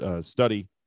study